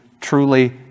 truly